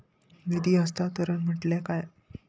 निधी हस्तांतरण म्हटल्या काय?